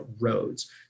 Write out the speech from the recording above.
roads